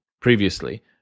previously